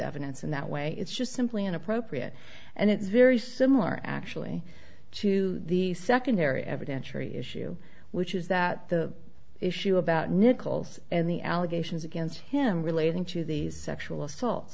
evidence in that way it's just simply inappropriate and it's very similar actually to the secondary evidentiary issue which is that the issue about nichols and the allegations against him relating to these sexual assault